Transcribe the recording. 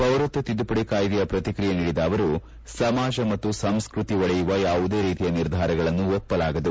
ಪೌರತ್ವ ತಿದ್ದುಪಡಿ ಕಾಯ್ದೆಗೆ ಪ್ರತಿಕ್ರಿಯೆ ನೀಡಿದ ಅವರು ಸಮಾಜ ಮತ್ತು ಸಂಸ್ಟ್ರತಿ ಒಡೆಯುವ ಯಾವುದೇ ರೀತಿಯ ನಿರ್ಧಾರಗಳನ್ನು ಒಪ್ಪಲಾಗದು